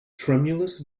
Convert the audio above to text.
tremulous